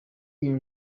iyi